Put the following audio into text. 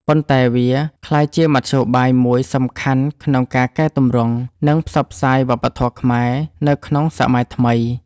ប៉ុន្តែវាក្លាយជាមធ្យោបាយមួយសំខាន់ក្នុងការកែទម្រង់ និងផ្សព្វផ្សាយវប្បធម៌ខ្មែរ នៅក្នុងសម័យថ្មី។